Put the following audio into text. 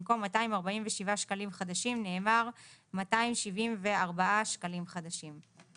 במקום "247 שקלים חדשים" נאמר "274 שקלים חדשים".